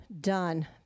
done